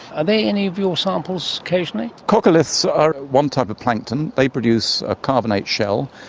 are they any of your samples occasionally? coccoliths are one type of plankton, they produce a carbonate shell.